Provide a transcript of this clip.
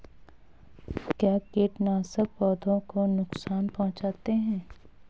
क्या कीटनाशक पौधों को नुकसान पहुँचाते हैं?